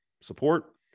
support